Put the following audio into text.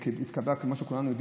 כמו שכולנו יודעים,